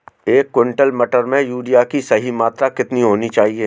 एक क्विंटल मटर में यूरिया की सही मात्रा कितनी होनी चाहिए?